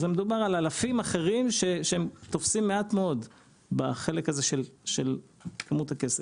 מדובר באלפים אחרים שתופסים מעט מאוד בחלק הזה של כמות הכסף,